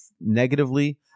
negatively